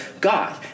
God